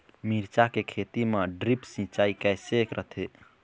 मिरचा के खेती म ड्रिप सिचाई किसे रथे?